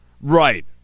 Right